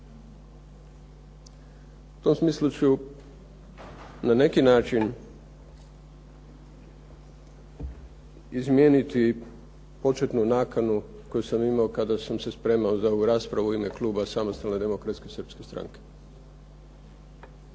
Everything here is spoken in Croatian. U tom smislu ću na neki način izmijeniti početnu nakanu koju sam imao kada sam se spremao za ovu raspravu u ime kluba Samostalne demokratske srpske stranke,